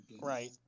Right